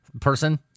person